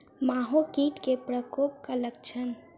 माहो कीट केँ प्रकोपक लक्षण?